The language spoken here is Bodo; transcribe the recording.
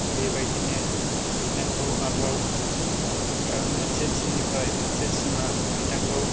बेबायदिनो बिथांखौ आरोबाव थाम मोनसे थिमनिफ्राय मोनसे थिमा बिथांखौ